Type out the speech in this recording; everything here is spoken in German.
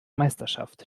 meisterschaft